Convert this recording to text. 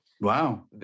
Wow